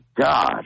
God